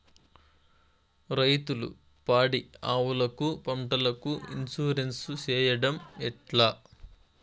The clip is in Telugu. రైతులు పాడి ఆవులకు, పంటలకు, ఇన్సూరెన్సు సేయడం ఎట్లా?